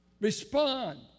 respond